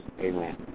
Amen